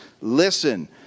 listen